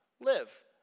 live